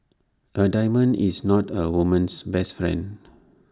A diamond is not A woman's best friend